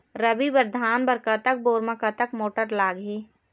रबी बर धान बर कतक बोर म कतक मोटर लागिही?